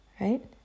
right